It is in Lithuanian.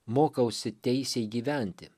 mokausi teisiai gyventi